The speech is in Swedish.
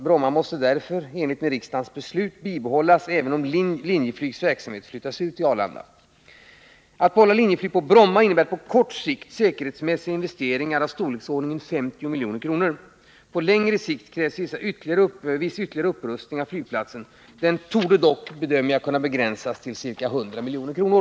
Bromma måste därför, i enlighet med riksdagens beslut, bibehållas även om Linjeflygs verksamhet flyttas ut till Arlanda. Att behålla Linjeflyg på Bromma innebär på kort sikt säkerhetsmässiga investeringar av storleksordningen 50 milj.kr. På längre sikt krävs viss ytterligare upprustning av flygplatsen. Denna upprustning torde dock kunna begränsas till ca 100 milj.kr.